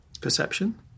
perception